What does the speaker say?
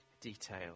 detail